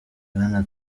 bwana